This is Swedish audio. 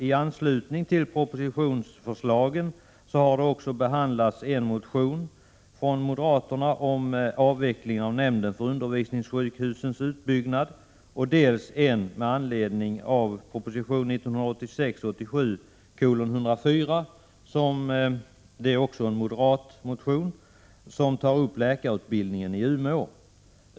I anslutning till propositionsförslagen har behandlats dels en motion från moderaterna om avveckling av nämnden för undervisningssjukhusens utbyggnad, dels en motion med anledning av proposition 1986/87:104 — också den en moderatmotion — som tar upp läkarutbildningen i Umeå.